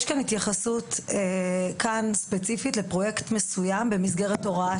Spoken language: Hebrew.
יש התייחסות כאן ספציפית לפרויקט מסוים במסגרת הוראת